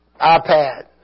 iPad